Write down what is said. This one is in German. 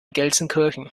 gelsenkirchen